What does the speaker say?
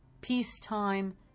peacetime